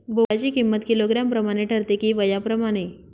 बोकडाची किंमत किलोग्रॅम प्रमाणे ठरते कि वयाप्रमाणे?